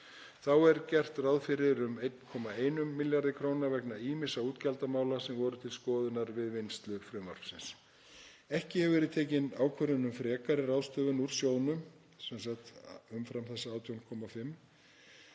Þá er gert ráð fyrir um 1,1 milljarði kr. vegna ýmissa útgjaldamála sem voru til skoðunar við vinnslu frumvarpsins. Ekki hefur verið tekin ákvörðun um frekari ráðstöfun úr sjóðnum, umfram þessa 18,5